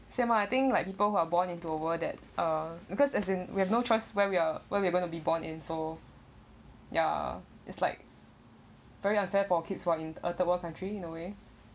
same ah I think like people who are born into a world that uh because as in we have no choice where we're where we're going to be born in so ya it's like very unfair for kids who are in a third world country in a way